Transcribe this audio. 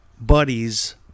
buddies